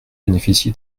bénéficié